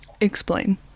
Explain